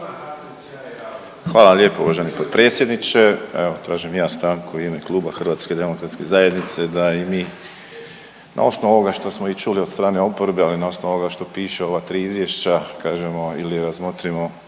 Hvala lijepo uvaženi potpredsjedniče. Evo tražim i ja stanku u ime kluba HDZ-a da i mi na osnovu ovoga što smo i čuli od strane oporbe, ali i na osnovu ovog što piše u ova tri izvješća kažemo ili razmotrimo